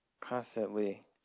constantly